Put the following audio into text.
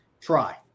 try